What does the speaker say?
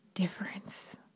difference